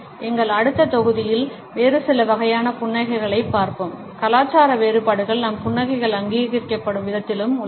எங்கள் அடுத்த தொகுதியில் வேறு சில வகையான புன்னகைகளைப் பார்ப்போம் கலாச்சார வேறுபாடுகள் நம் புன்னகைகள் அங்கீகரிக்கப்படும் விதத்திலும் உள்ளன